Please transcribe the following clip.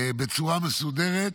בצורה מסודרת,